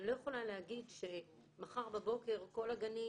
אני לא יכולה להגיד שמחר בבוקר בכל הגנים,